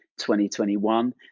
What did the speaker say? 2021